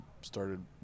started